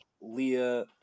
Leah